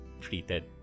treated